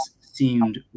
seemed